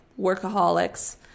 workaholics